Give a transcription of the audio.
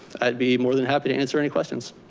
i'd be more than happy to answer any questions.